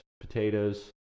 potatoes